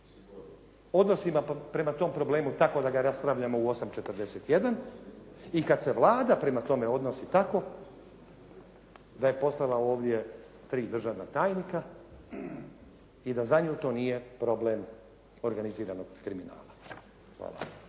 odnosimo prema tom problemu tako da ga raspravljamo u 8,41 i kad se Vlada prema tome odnosi tako da je poslala ovdje tri državna tajnika i da za nju to nije problem organiziranog kriminala. Hvala.